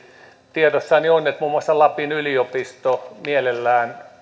tiedossani on että muun muassa lapin yliopisto mielellään